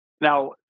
Now